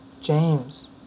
James